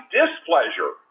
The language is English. displeasure